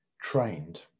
trained